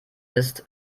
ist